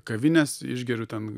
kavinės išgeriu ten